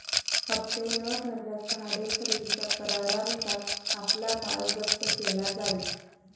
हप्ते न भरल्यास भाडे खरेदीच्या करारानुसार आपला माल जप्त केला जाईल